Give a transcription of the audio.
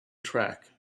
track